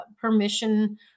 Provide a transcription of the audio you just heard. permission